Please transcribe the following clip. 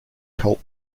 cult